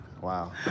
Wow